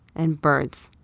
and birds.